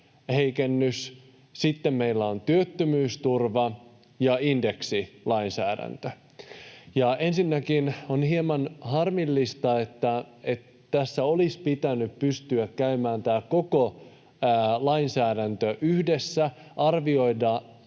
heikennys, sitten meillä on työttömyysturva- ja indeksilainsäädäntö. Ensinnäkin on hieman harmillista, että kun tässä olisi pitänyt pystyä käymään läpi tämä koko lainsäädäntö yhdessä, arvioida